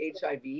HIV